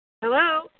Hello